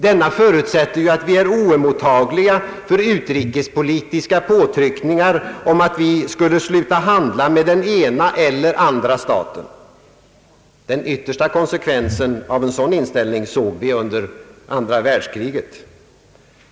Denna förutsätter ju att vi är oemottagliga för utrikespolitiska påtryckningar om att vi skulle sluta handla med den ena eller den andra staten. Den yttersta konsekvensen av en motsatt inställning såg vi under andra världskriget.